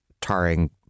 tarring